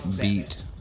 beat